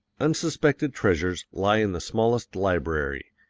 unsuspected treasures lie in the smallest library.